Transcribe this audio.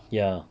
ya